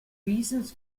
reasons